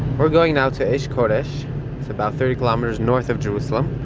we're going now to esh kodesh. it's about thirty kilometres north of jerusalem.